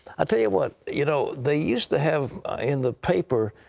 i'll tell you what, you know they used to have in the paper